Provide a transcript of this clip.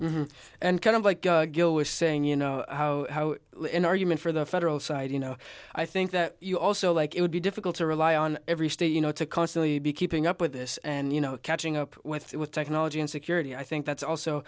general and kind of like gil was saying you know how in argument for the federal side you know i think that you also like it would be difficult to rely on every state you know to constantly be keeping up with this and you know catching up with technology and security i think that's also